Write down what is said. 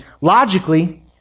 Logically